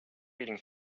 reading